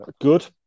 Good